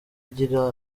igira